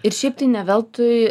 ir šiaip tai ne veltui